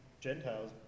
Gentiles